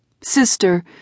Sister